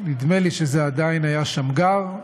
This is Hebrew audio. נדמה לי שזה עדיין היה שמגר,